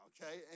Okay